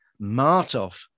Martov